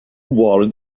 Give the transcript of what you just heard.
warrant